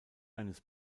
eines